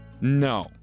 No